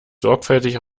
sorgfältig